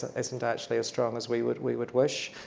isn't actually as strong as we would we would wish.